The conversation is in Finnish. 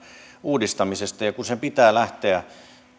uudistamisesta kun sen pitää lähteä